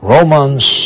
Romans